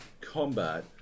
combat